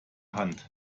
hand